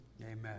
Amen